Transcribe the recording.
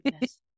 Yes